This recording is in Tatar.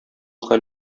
хәл